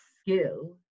skill